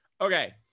Okay